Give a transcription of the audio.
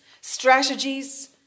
strategies